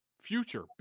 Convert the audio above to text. future